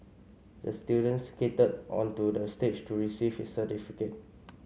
the student skated onto the stage to receive his certificate